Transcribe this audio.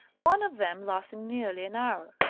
one of them lasting nearly an hour.